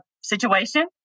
situation